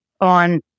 on